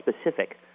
specific